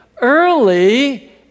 early